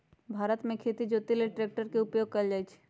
भारत मे खेती जोते लेल ट्रैक्टर के उपयोग कएल जाइ छइ